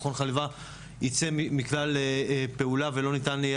מכון חליבה יצא מכלל פעולה ולא ניתן יהיה